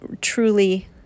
truly